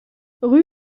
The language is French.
rue